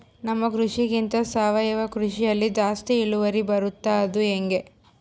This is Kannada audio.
ನಮ್ಮ ಕೃಷಿಗಿಂತ ಸಾವಯವ ಕೃಷಿಯಲ್ಲಿ ಜಾಸ್ತಿ ಇಳುವರಿ ಬರುತ್ತಾ ಅದು ಹೆಂಗೆ?